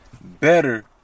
better